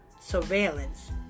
surveillance